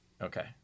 Okay